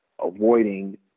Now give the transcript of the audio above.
avoiding